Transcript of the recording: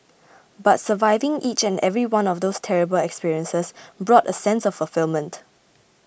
but surviving each and every one of those terrible experiences brought a sense of fulfilment